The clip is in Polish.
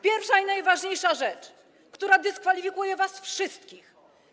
Pierwsza i najważniejsza rzecz, która dyskwalifikuje was wszystkich.